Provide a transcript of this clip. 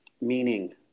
meaning